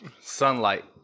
Sunlight